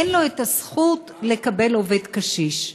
אין לו את הזכות לקבל עובד, לקשיש.